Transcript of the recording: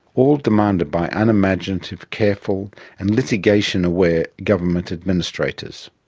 all demanded by unimaginative, careful and litigation-aware government administrators.